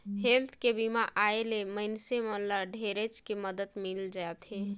health के बीमा आय ले मइनसे मन ल ढेरेच के मदद मिल जाथे